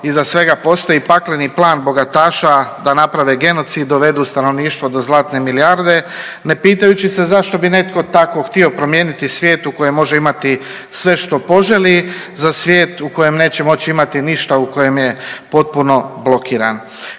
iza svega postoji pakleni plan bogataša da naprave genocid, dovedu stanovništvo do zlatne milijarde ne pitajući se zašto bi netko tako htio promijeniti svijet u kojem može imati sve što poželi za svijet u kojem neće moći imati ništa u kojem je potpuno blokiran.